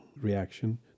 reaction